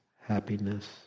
happiness